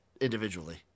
individually